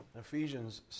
Ephesians